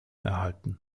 erhalten